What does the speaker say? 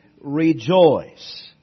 rejoice